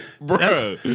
bro